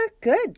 good